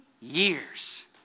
years